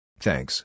Thanks